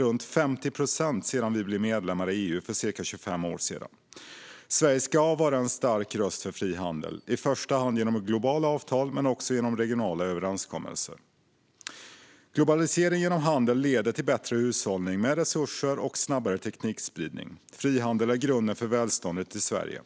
runt 50 procent sedan vi blev medlemmar i EU för ca 25 år sedan. Sverige ska vara en stark röst för frihandel, i första hand genom globala avtal men också genom regionala överenskommelser. Globalisering genom handel leder till bättre hushållning med resurser och snabbare teknikspridning. Frihandel är grunden för välståndet i Sverige.